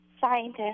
Scientist